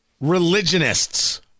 religionists